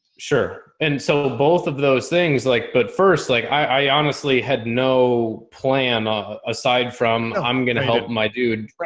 sure. and so both of those things like, but first, like i, i honestly had no plan, ah aside from i'm going to help my dude,